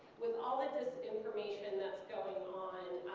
with all and this information that's going on,